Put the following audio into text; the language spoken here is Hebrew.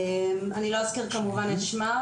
אני לא אזכיר את שמה,